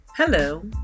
Hello